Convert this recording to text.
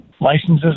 licenses